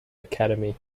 academy